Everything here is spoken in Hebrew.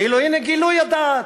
כאילו, הנה גילוי הדעת,